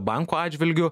banko atžvilgiu